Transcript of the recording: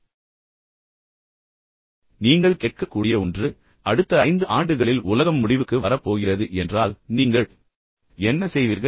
எனவே நீங்கள் கேட்கக்கூடிய ஒன்று எனவே அடுத்த ஐந்து ஆண்டுகளில் உலகம் முடிவுக்கு வரப் போகிறது என்றால் நீங்கள் என்ன செய்வீர்கள்